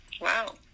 wow